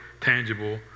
tangible